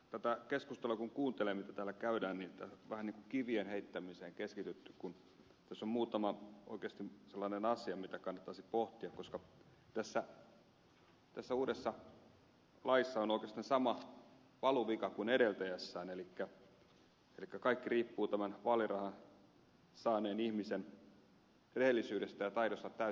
tätä keskustelua kun kuuntelen jota täällä käydään vähän niin kuin kivien heittämiseen on keskitytty kun tässä on muutama oikeasti sellainen asia jota kannattaisi pohtia koska tässä uudessa laissa on oikeastaan sama valuvika kuin edeltäjässään elikkä kaikki riippuu tämän vaalirahan saaneen ihmisen rehellisyydestä ja taidosta täyttää vaalirahailmoitusta